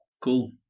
cool